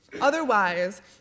Otherwise